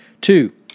Two